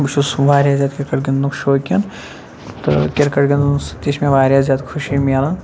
بہٕ چھُس واریاہ زیادٕ کِرکَٹ گِنٛدنُک شوقیٖن تہٕ کِرکَٹ گِنٛدنہٕ سۭتی چھِ مےٚ واریاہ زیادٕ خوشی ملان